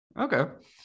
okay